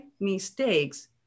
mistakes